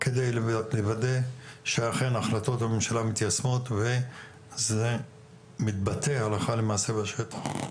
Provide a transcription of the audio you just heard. על מנת לוודא שאכן החלטות הממשלה מתיישמות וזה מתבטא הלכה למעשה בשטח.